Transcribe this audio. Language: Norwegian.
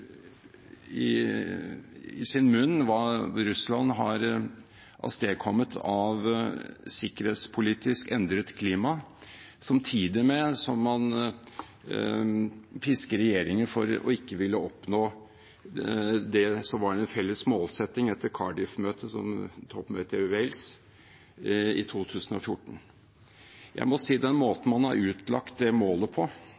ta i sin munn hva Russland har avstedkommet av sikkerhetspolitisk endret klima, samtidig som man pisker regjeringen for ikke å ville oppnå det som var en felles målsetting etter Cardiff-møtet, toppmøtet i Wales i 2014. Når det gjelder måten man har utlagt det målet på,